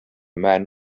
man